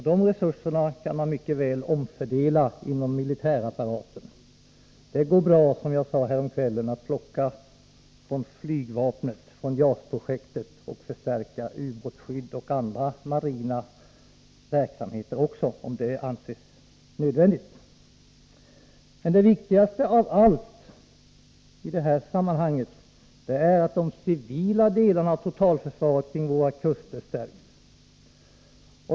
De resurserna kan mycket väl omfördelas inom militärapparaten. Det går bra, som jag sade häromkvällen, att plocka från flygvapnet, från JAS-projektet, för att förstärka ubåtsskyddet och andra marina verksamheter också, om det anses nödvändigt. 151 Men det viktigaste av allt i det här sammanhanget är att de civila delarna av totalförsvaret kring våra kuster stärks.